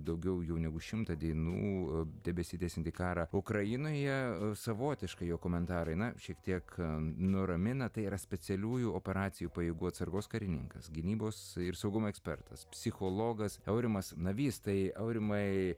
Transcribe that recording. daugiau jau negu šimtą dienų tebesitęsiantį karą ukrainoje savotiškai jo komentarai na šiek tiek nuramina tai yra specialiųjų operacijų pajėgų atsargos karininkas gynybos ir saugumo ekspertas psichologas aurimas navys tai aurimai